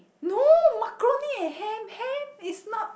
no macaroni and ham ham is not